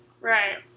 Right